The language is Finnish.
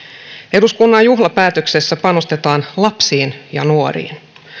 eduskunnan juhlapäätöksessä panostetaan lapsiin ja nuoriin